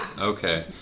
Okay